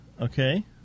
Okay